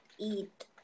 eat